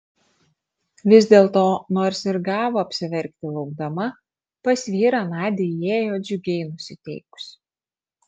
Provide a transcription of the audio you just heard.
vis dėlto nors ir gavo apsiverkti laukdama pas vyrą nadia įėjo džiugiai nusiteikusi